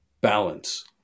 balance